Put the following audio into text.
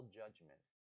judgment